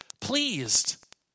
pleased